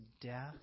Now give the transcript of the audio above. death